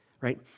right